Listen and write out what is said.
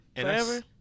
forever